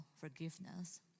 forgiveness